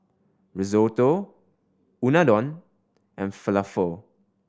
Risotto Unadon and Falafel